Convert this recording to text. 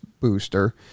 booster